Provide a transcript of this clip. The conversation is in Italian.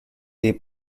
dei